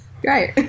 Great